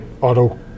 auto